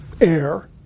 air